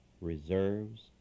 reserves